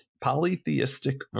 polytheistic